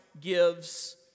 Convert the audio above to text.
gives